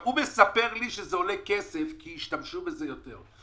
הוא מספר לי שזה עולה כסף כי ישתמשו בזה יותר.